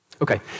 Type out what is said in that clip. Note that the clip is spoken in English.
Okay